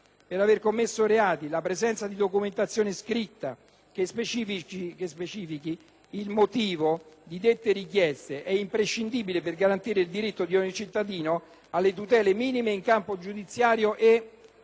di aver commesso reati, la presenza di documentazione scritta, che specifichi il motivo di dette richieste, è imprescindibile per garantire il diritto di ogni cittadino alle tutele minime in campo giudiziario e